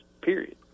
period